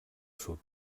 sud